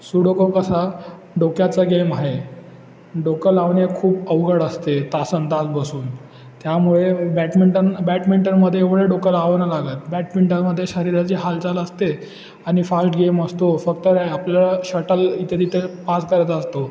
Sudoku कसा डोक्याचा game आहे डोकं लावणे खूप अवघड असते तासनतास बसून त्यामुळे बॅडमिंटन बॅडमिंटनमध्ये एवढे डोकं लाव नाही लागत बॅटमिंटनमध्ये शरीराची हालचाल असते आणि फास्ट गेम असतो फक्त काय आपल्याला शटल इथे तिथे पास करत असतो